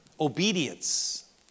obedience